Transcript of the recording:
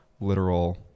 literal